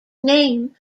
name